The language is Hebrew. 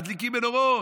מדליקים מנורות,